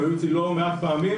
הם היו אצלי לא מעט פעמים,